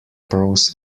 pros